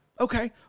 Okay